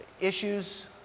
issues